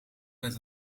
met